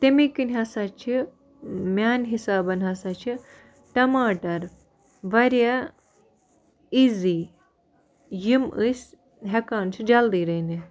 تمے کِنۍ ہسا چھِ میٛانہِ حِسابہٕ ہسا چھِ ٹماٹر واریاہ ایٖزی یِم أسۍ ہیٚکان چھِ جَلدی رٔنِتھ